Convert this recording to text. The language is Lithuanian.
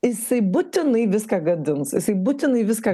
jisai būtinai viską gadins jisai būtinai viską